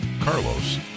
Carlos